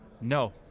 No